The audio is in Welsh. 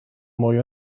mwy